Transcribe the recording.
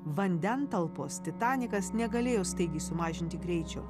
vandentalpos titanikas negalėjo staigiai sumažinti greičio